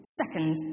second